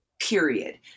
period